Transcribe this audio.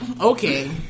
Okay